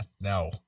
No